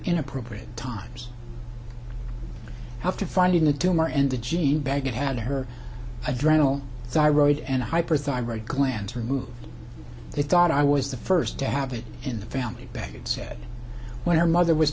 inappropriate times after finding the tumor and the gene bag it had her adrenaline high road and hyperthyroid glands removed i thought i was the first to have it in the family back it said when her mother was